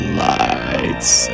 lights